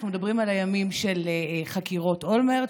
אנחנו מדברים על הימים של חקירות אולמרט,